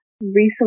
recently